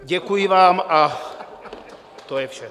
Děkuji vám, a to je vše.